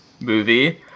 movie